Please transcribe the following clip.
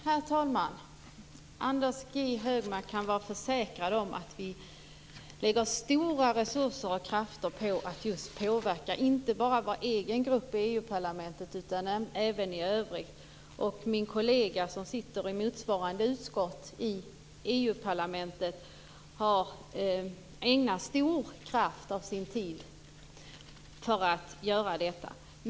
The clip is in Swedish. Herr talman! Anders G Högmark kan vara försäkrad om att vi lägger stora resurser och krafter just på att påverka inte bara vår egen grupp i EU-parlamentet utan även övriga. Min kollega i motsvarande utskott i EU-parlamentet ägnar stor kraft och en stor del av sin tid åt att göra detta.